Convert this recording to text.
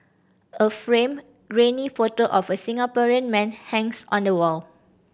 a framed grainy photo of the Singaporean man hangs on the wall